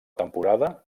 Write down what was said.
temporada